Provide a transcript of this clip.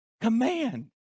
command